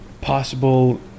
possible